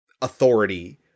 authority